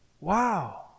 Wow